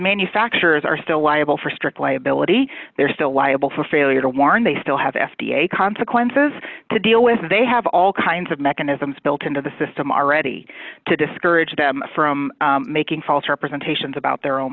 manufacturers are still liable for strict liability they're still liable for failure to warn they still have f d a consequences to deal with and they have all kinds of mechanisms built into the system already to discourage them from making false representation about their own